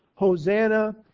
Hosanna